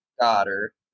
daughter